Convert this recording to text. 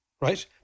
right